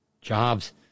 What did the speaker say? Jobs